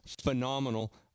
phenomenal